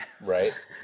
right